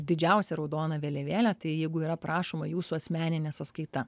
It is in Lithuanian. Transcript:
didžiausia raudona vėliavėlė tai jeigu yra prašoma jūsų asmeninė sąskaita